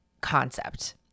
concept